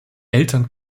eltern